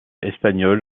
espagnols